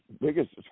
biggest